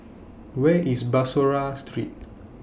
Where IS Bussorah Street